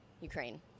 Ukraine